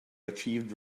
achieved